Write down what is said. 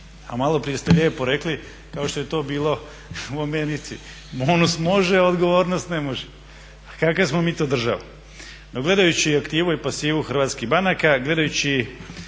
a malo prije ste lijepo rekli kao što je to bilo u Americi, …/Govornik se ne razumije./… može, odgovornost ne može. Pa kaka smo mi to država. No, gledajući aktivu i pasivu hrvatskih banaka, gledajući